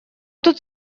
тут